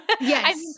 Yes